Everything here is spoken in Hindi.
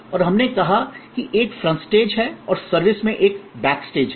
और हमने कहा कि एक फ्रंट स्टेज है और सर्विस में एक बैक स्टेज है